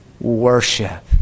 worship